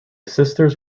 sisters